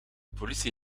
politie